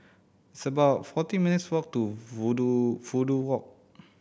it's about forty minutes' walk to Fudu Fudu Walk